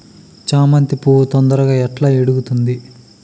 చామంతి పువ్వు తొందరగా ఎట్లా ఇడుగుతుంది?